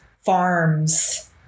farms